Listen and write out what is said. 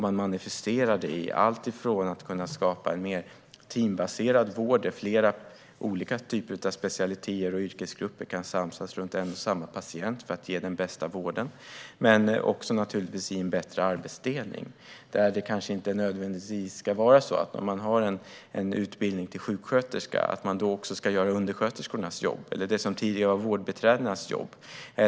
Man manifesterar det i att skapa mer teambaserad vård, där flera olika specialiteter och yrkesgrupper kan samsas runt en och samma patient för att ge den bästa vården, men också i bättre arbetsdelning. När man har en utbildning till sjuksköterska ska man kanske inte göra också undersköterskornas jobb eller det som tidigare var vårdbiträdenas jobb.